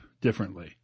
differently